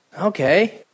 Okay